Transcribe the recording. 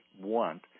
want